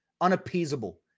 unappeasable